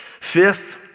Fifth